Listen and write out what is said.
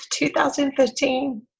2015